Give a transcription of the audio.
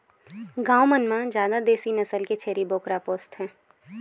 गाँव मन म जादा देसी नसल के छेरी बोकरा पोसथे